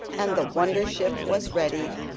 and the wonder-ship was ready.